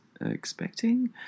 expecting